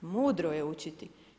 Mudro je učiti.